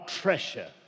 treasure